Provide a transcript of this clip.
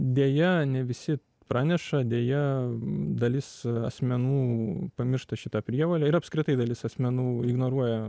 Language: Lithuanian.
deja ne visi praneša deja dalis asmenų pamiršta šitą prievolę ir apskritai dalis asmenų ignoruoja